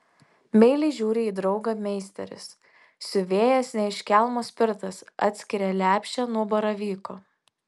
meiliai žiūri į draugą meisteris siuvėjas ne iš kelmo spirtas atskiria lepšę nuo baravyko